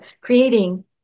creating